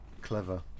clever